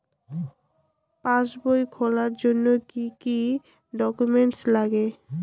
পাসবই খোলার জন্য কি কি ডকুমেন্টস লাগে?